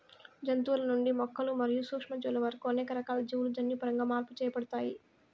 జంతువుల నుండి మొక్కలు మరియు సూక్ష్మజీవుల వరకు అనేక రకాల జీవులు జన్యుపరంగా మార్పు చేయబడ్డాయి